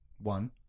One